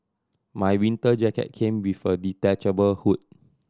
my winter jacket came with a detachable hood